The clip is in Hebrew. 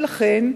ולכן,